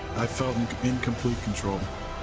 i felt in complete control.